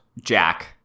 Jack